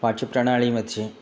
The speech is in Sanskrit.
पाठ्यप्रणालीमध्ये